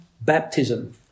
baptism